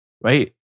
right